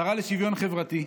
השרה לשוויון חברתי,